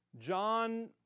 John